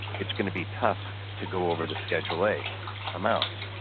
it's going to be tough to go over the schedule a amount.